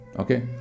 Okay